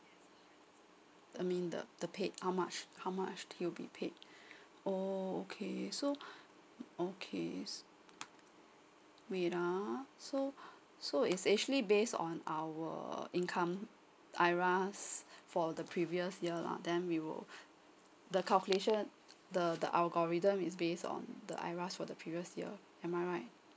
I mean the the paid how much how much he will be paid oh okay so okay wait ah so so is actually based on our income IRAS for the previous year lah then we will the calculation the the algorithm is based on the IRAS from the previous year am I right